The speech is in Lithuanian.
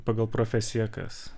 pagal profesiją kas